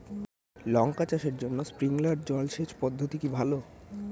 লঙ্কা চাষের জন্য স্প্রিংলার জল সেচ পদ্ধতি কি ভালো?